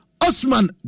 Osman